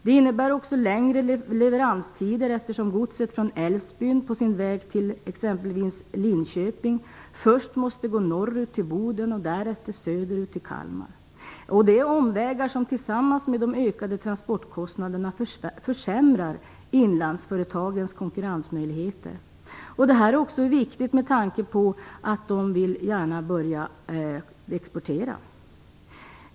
Det innebär också längre leveranstider eftersom godset från Älvsbyn på sin väg till exempelvis Linköping först måste norrut till Boden och därefter söderut till Kalmar. Det är omvägar som tillsammans med de ökade transportkostnaderna försämrar inlandsföretagens konkurrensvillkor. Det är viktigt med tanke på att de gärna vill börja exportera.